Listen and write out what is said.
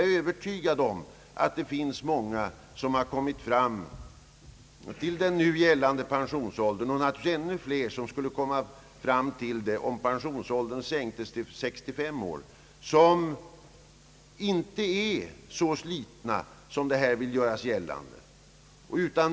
Många som kommit upp till den nuvarande pensionsåldern — naturligtvis ännu flera, om pensionsåldern sänktes till 65 år är inte så slitna som det ibland görs gällande.